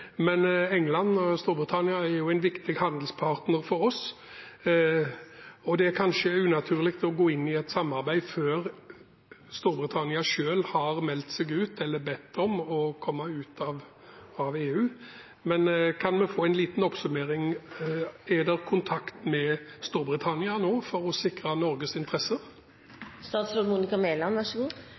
men Storbritannia er jo en viktig handelspartner for oss, og det er kanskje unaturlig å gå inn i et samarbeid før Storbritannia selv har meldt seg ut eller bedt om å komme ut av EU. Men kan vi få en liten oppsummering? Er det kontakt med Storbritannia nå for å sikre Norges